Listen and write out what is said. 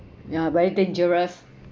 ya very dangerous